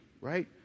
right